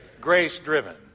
Grace-driven